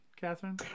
Catherine